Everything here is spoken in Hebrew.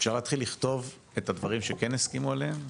אפשר להתחיל לכתוב את הדברים שכן הסכימו לעבוד עליהם?